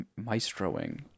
maestroing